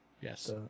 Yes